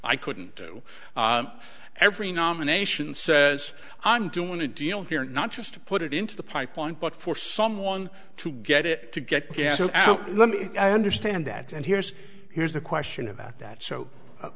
i couldn't do every nomination says i'm doing a deal here not just to put it into the pipeline but for someone to get it to get let me i understand that and here's here's the question about that so